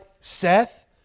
Seth